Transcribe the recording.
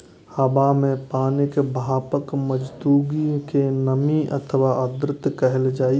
हवा मे पानिक भापक मौजूदगी कें नमी अथवा आर्द्रता कहल जाइ छै